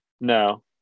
no